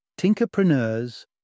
Tinkerpreneurs